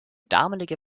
damalige